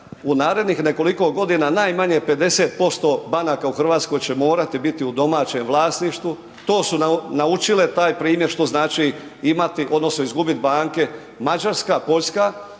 u narednih nekoliko godina, najmanje 50% banaka u Hrvatskoj će morati biti u domaćem vlasništvu, to su naučile taj primjer što znači imati odnosno izgubit banke, Mađarska, Poljska,